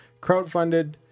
crowdfunded